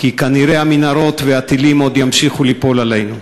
כי כנראה המנהרות והטילים עוד ימשיכו ליפול עלינו.